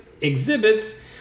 exhibits